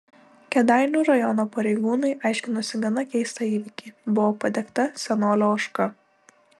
kėdainių rajono pareigūnai aiškinosi gana keistą įvykį buvo padegta senolio ožka